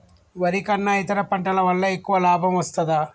వరి కన్నా ఇతర పంటల వల్ల ఎక్కువ లాభం వస్తదా?